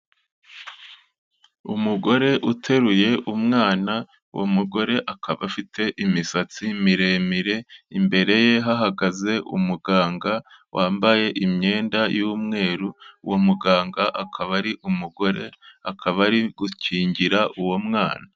Umugore uteruye umwana, uwo mugore akaba afite imisatsi miremire, imbere ye hahagaze umuganga, wambaye imyenda y'umweru, uwo muganga akaba ari umugore, akaba ari gukingira uwo mwana.